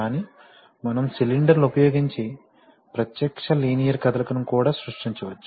కానీ మనం సిలిండర్లు ఉపయోగించి ప్రత్యక్ష లీనియర్ కదలికను కూడా సృష్టించవచ్చు